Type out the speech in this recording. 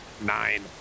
nine